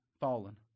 fallen